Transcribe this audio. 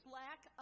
lack